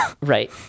right